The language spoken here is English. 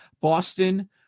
Boston